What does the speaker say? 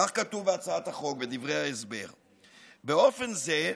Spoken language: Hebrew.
כך כתוב בדברי ההסבר להצעת החוק: באופן זה,